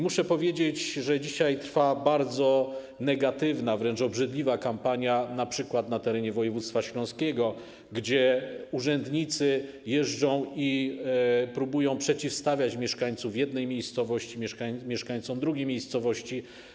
Muszę powiedzieć, że dzisiaj trwa bardzo negatywna, wręcz obrzydliwa kampania np. na terenie województwa śląskiego, gdzie urzędnicy jeżdżą i próbują przeciwstawiać mieszkańców jednej miejscowości mieszkańcom drugiej miejscowości.